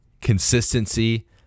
consistency